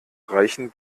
reichen